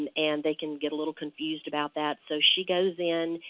and and they can get a little confused about that. so she goes in,